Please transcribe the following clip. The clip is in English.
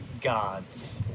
gods